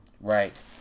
Right